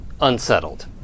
unsettled